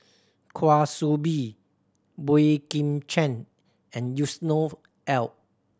Kwa Soon Bee Boey Kim Cheng and Yusnor Ef